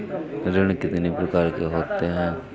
ऋण कितनी प्रकार के होते हैं?